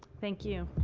thank you.